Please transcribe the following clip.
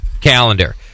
calendar